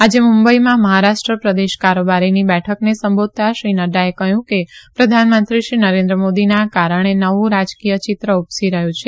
આજે મુંબઈમાં મહારાષ્ટ્ર પ્રદેશ કારોબારીની બેઠકને સંબોધતા શ્રી નડૃએ કહ્યું કે પ્રધાનમંત્રી શ્રી નરેન્દ્ર મોદીના કારણે નવુ રાજકીય ચિત્ર ઉપસી રહ્યું છે